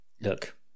look